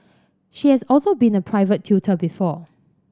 she has also been a private tutor before